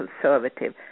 conservative